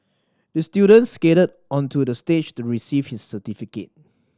the student skated onto the stage to receive his certificate